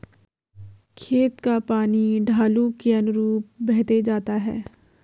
खेत का पानी ढालू के अनुरूप बहते जाता है